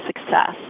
success